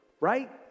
right